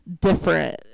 different